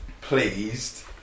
pleased